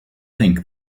think